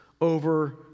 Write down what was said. over